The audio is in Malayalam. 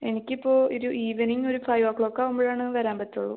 എനിക്കിപ്പോൾ ഒരു ഈവനിങ്ങ് ഒരു ഫൈവ് ഒ ക്ലോക്ക് ആവുമ്പോഴാണ് വരാൻ പറ്റുള്ളൂ